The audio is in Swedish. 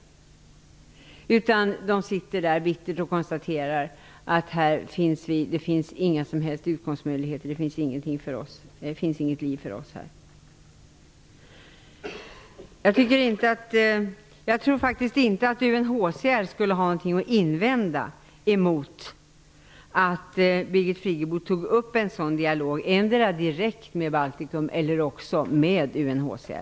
De sitter där och konstaterar bittert att det inte finns några möjligheter för dem, det finns inget liv för dem där. Jag tror faktiskt inte att UNHCR skulle ha något att invända mot att Birgit Friggebo tog upp en dialog om en sådan lösning endera direkt med Baltikum eller med UNHCR.